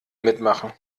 mitmachen